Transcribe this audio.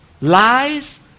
lies